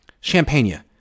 Champagne